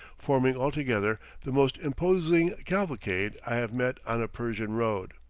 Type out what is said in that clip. forming altogether the most imposing cavalcade i have met on a persian road.